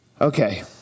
Okay